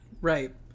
Right